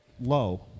low